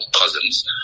cousins